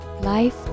life